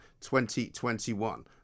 2021